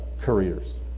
careers